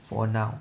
for now